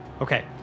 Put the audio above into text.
Okay